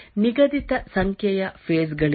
ನಿಗದಿತ ಸಂಖ್ಯೆಯ ಫೇಸ್ ಗಳಿಲ್ಲ